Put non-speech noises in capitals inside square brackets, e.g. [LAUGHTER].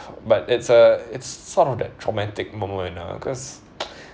but it's a it's sort of that traumatic moment ah cause [NOISE]